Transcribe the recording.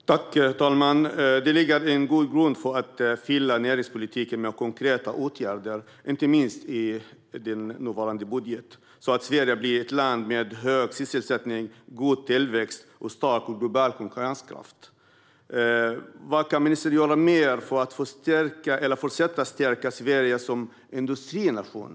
Herr talman! Inte minst i nuvarande budget läggs en god grund för att fylla näringspolitiken med konkreta åtgärder så att Sverige blir ett land med hög sysselsättning, god tillväxt och stark global konkurrenskraft. Vad kan ministern göra mer för att fortsätta att stärka Sverige som industrination?